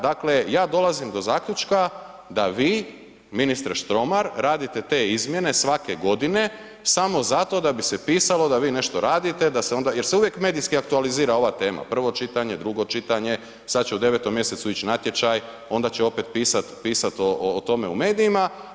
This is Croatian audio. Dakle ja dolazim do zaključka da vi ministre Štromar radite te izmjene svake godine samo zato da bi se pisalo da vi nešto radite da se onda, jer se uvijek medijski aktualizira ova tema, prvo čitanje, drugo čitanje, sad će u 9. mj ići natječaj, onda će opet pisati o tome u medijima.